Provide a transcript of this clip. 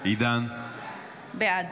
בעד